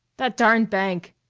that darn bank!